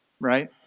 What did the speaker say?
right